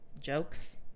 Jokes